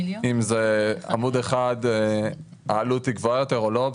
אם העלות גבוהה יותר כאשר מדובר בעמוד אחד.